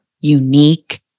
unique